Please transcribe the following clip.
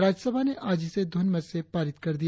राज्यसभा ने आज इसे ध्वनिमत से पारित कर दिया